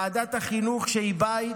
ועדת החינוך, שהיא בית,